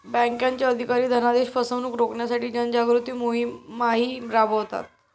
बँकांचे अधिकारी धनादेश फसवणुक रोखण्यासाठी जनजागृती मोहिमाही राबवतात